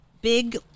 big